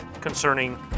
concerning